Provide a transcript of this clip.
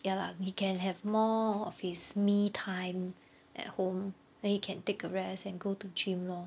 ya lah he can have more of his me time at home then he can take a rest and go to gym lor